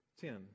Ten